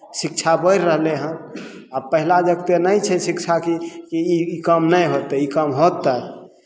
शिक्षा बढ़ि रहलै हन आब पहिला जतेक नहि छै शिक्षा कि कि ई काम नहि होतै ई काम होतै